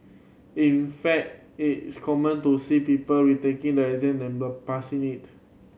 in fact it is common to see people retaking the exam number passing it